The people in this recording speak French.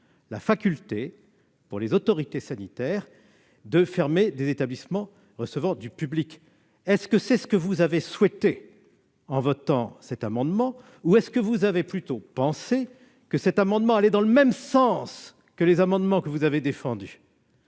la faculté pour les autorités sanitaires de fermer des établissements recevant du public. Est-ce ce que vous avez souhaité en votant cet amendement ? Ou avez-vous pensé que cette disposition allait dans le même sens que les amendements que vous défendiez ?